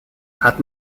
hat